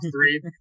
three